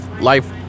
life